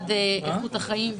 האזרחים,